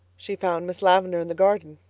she found miss lavendar in the garden.